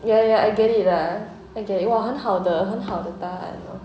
ya ya ya I get it lah I get it !wah! 很好很好的答案